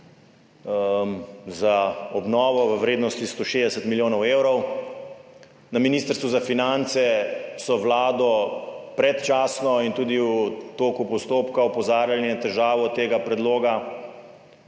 za obnovo v vrednosti 160 milijonov evrov. Na Ministrstvu za finance so vlado predčasno in tudi v toku postopka opozarjali na težavo tega predloga.